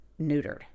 neutered